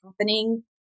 happening